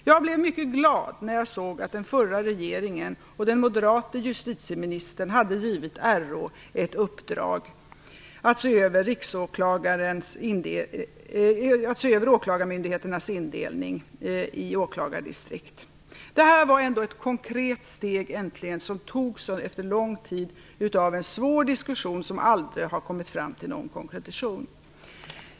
Jag blev mycket glad när jag såg att den förra regeringen och den moderata justitieministern hade givit Riksåklagaren i uppdrag att se över åklagarmyndigheternas indelning i åklagardistrikt. Detta var äntligen ett konkret steg, som togs efter en lång tid av svår diskussion, som aldrig har kommit fram till någon konkretion.